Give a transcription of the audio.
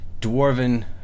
dwarven